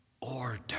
order